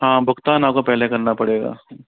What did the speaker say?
हाँ भुगतान आपको पहले करना पड़ेगा